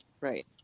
right